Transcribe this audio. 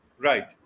Right